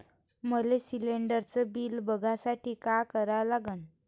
मले शिलिंडरचं बिल बघसाठी का करा लागन?